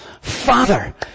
Father